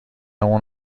اون